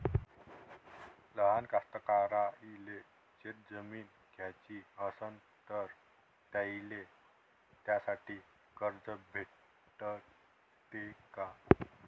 लहान कास्तकाराइले शेतजमीन घ्याची असन तर त्याईले त्यासाठी कर्ज भेटते का?